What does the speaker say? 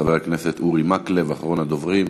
חבר הכנסת אורי מקלב, אחרון הדוברים.